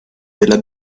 della